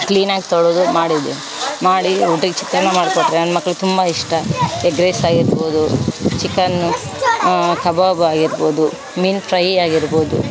ಕ್ಲೀನಾಗಿ ತೊಳೆದು ಮಾಡಿದ್ದೀನಿ ಮಾಡಿ ಊಟಕ್ಕೆ ಚಿತ್ರಾನ್ನ ಮಾಡ್ಕೊಟ್ರೆ ನನ್ನ ಮಕ್ಳಿಗೆ ತುಂಬ ಇಷ್ಟ ಎಗ್ ರೈಸ್ ಆಗಿರಬೋದು ಚಿಕನೂ ಕಬಾಬ್ ಆಗಿರಬೋದು ಮೀನು ಫ್ರೈ ಆಗಿರಬೋದು